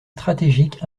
stratégique